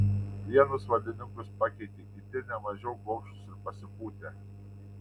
vienus valdininkus pakeitė kiti ne mažiau gobšūs ir pasipūtę